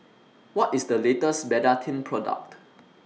What IS The latest Betadine Product